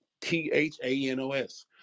T-H-A-N-O-S